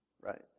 right